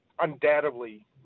undoubtedly